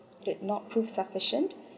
did not prove sufficient